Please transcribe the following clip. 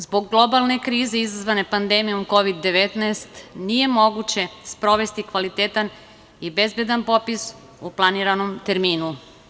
Zbog globalne krize izazvane pandemijom Kovid 19 nije moguće sprovesti kvalitetan i bezbedan popis u planiranom terminu.